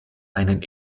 einen